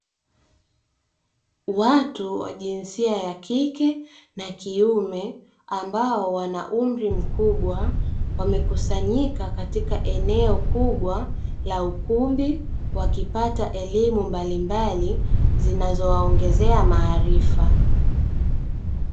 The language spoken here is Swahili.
Watu wa jinsia ya kike na kiume ambao wana umri mkubwa wamekusanyika katika eneo kubwa la ukumbi, wakipata elimu mbalimbali zinazowaongezea maarifa.